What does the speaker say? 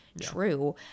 true